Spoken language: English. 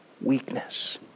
weakness